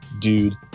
Dude